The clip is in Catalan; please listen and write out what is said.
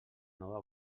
nova